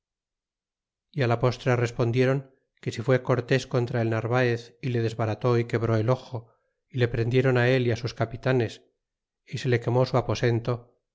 y á la postre respondiéron que si fué cortés contra el narvaez y le desbarató y quebré el ojo y le prendieron él y sus capitanes y se le quemó su aposento